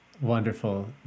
Wonderful